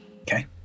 Okay